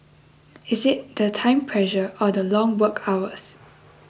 is it the time pressure or the long work hours